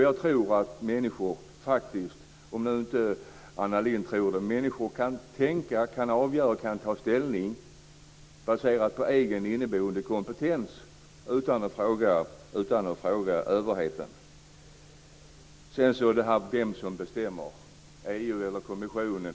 Jag tror faktiskt, om nu inte Anna Lindh tror det, att människor kan tänka, kan avgöra, kan ta ställning baserat på egen inneboende kompetens utan att fråga överheten. Sedan till det här om vem som bestämmer, EU eller kommissionen.